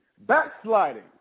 Backsliding